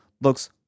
looks